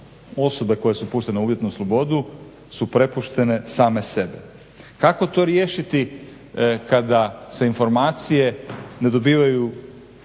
osobe koje su puštene na uvjetnu slobodu su prepuštene same sebi. Kako to riješiti kada se informacije ne dobivaju